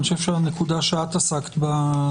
הנקודה שעסקת בה,